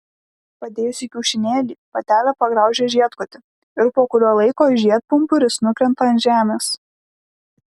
padėjusi kiaušinėlį patelė pagraužia žiedkotį ir po kurio laiko žiedpumpuris nukrenta ant žemės